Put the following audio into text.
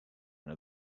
and